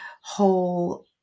whole